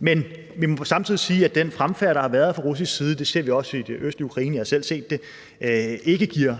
Men vi må samtidig sige, at den fremfærd, der har været fra russisk side – det ser vi også i det østlige Ukraine, jeg har selv set det – ikke giver